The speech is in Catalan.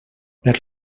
per